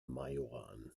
majoran